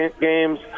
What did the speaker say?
games